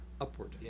upward